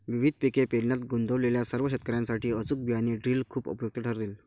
विविध पिके पेरण्यात गुंतलेल्या सर्व शेतकर्यांसाठी अचूक बियाणे ड्रिल खूप उपयुक्त ठरेल